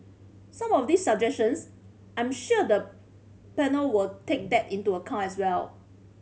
some of these suggestions I'm sure the panel will take that into account as well